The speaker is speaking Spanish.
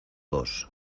dos